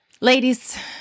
Ladies